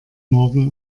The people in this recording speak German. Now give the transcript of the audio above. morgen